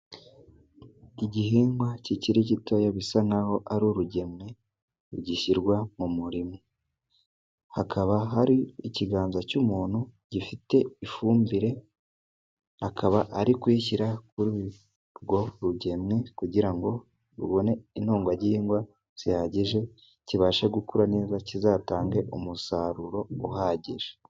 Igihingwa kikiri gitoya gisa nk'aho ari urugemwe. Gishyirwa mu murima. Hakaba hari ikiganza cy'umuntu gifite ifumbire, akaba ari kuyishyira kuri urwo rugemwe kugira ngo rubone intungagihingwa zihagije kibashe gukura neza, kizatange umusaruro uhagije.